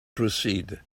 proceed